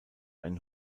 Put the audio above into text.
einen